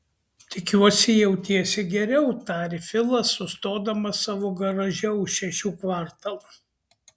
tikiuosi jautiesi geriau tarė filas sustodamas savo garaže už šešių kvartalų